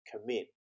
commit